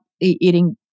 eating